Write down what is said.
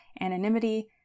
anonymity